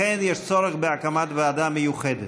לכן יש צורך בהקמת ועדה מיוחדת.